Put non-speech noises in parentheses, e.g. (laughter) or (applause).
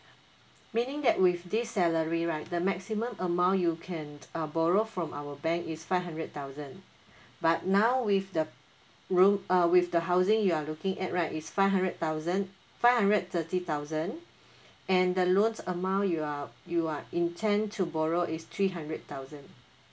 meaning that with this salary right the maximum amount you can uh borrow from our bank is five hundred thousand (breath) but now with the roo~ uh with the housing you are looking at right is five hundred thousand five hundred thirty thousand and the loan amount you are you are intend to borrow is three hundred thousand